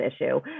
issue